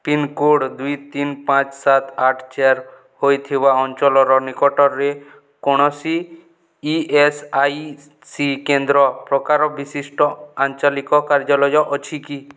pincode ଦୁଇ ତିନି ପାଞ୍ଚ ସାତ ଆଠ ଚାରି ହୋଇଥିବା ଅଞ୍ଚଳର ନିକଟରେ କୌଣସି ଇ ଏସ୍ ଆଇ ସି କେନ୍ଦ୍ର ପ୍ରକାର ବିଶିଷ୍ଟ ଆଞ୍ଚଳିକ କାର୍ଯ୍ୟାଳୟ ଅଛି କି